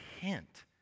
hint